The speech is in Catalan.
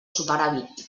superàvit